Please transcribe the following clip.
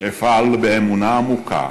אפעל באמונה עמוקה